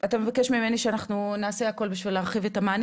אתה מבקש ממני שנעשה הכול בשביל להרחיב את המענים